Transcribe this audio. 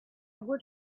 would